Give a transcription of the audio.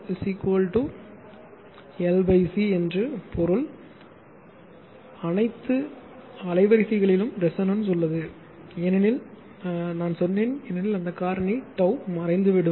C 2 L C என்று பொருள் அனைத்து அலைவரிசைகளிலும் ரெசோனன்ஸ் உள்ளது ஏனெனில் நான் சொன்னேன் ஏனெனில் அந்த காரணி டவ் மறைந்துவிடும்